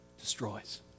destroys